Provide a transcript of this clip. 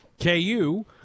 KU